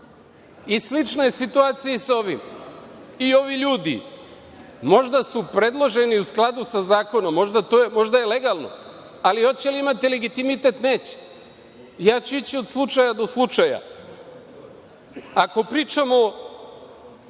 I, slična situacija je i sa ovim. I, ovi ljudi, možda su predloženi u skladu sa zakonom, možda je legalno, ali hoće li imati legitimitet? Neće. Ja ću ići od slučaja do slučaja. Ako pričamo